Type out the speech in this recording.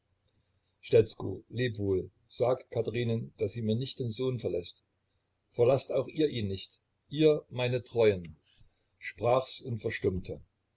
stetzko leb wohl sag katherinen daß sie mir nicht den sohn verläßt verlaßt auch ihr ihn nicht ihr meine treuen sprach's und verstummte